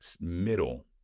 middle